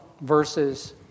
verses